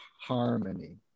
harmony